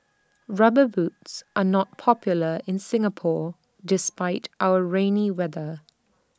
rubber boots are not popular in Singapore despite our rainy weather